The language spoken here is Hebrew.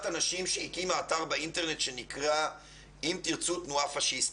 אנשים שהקימה באינטרנט אתר שנקרא "אם תרצו תנועה פשיסטית"